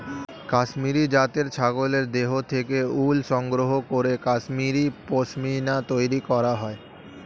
কাশ্মীরি জাতের ছাগলের দেহ থেকে উল সংগ্রহ করে কাশ্মীরি পশ্মিনা তৈরি করা হয়